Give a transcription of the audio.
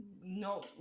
No